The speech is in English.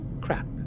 crap